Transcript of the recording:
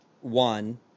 one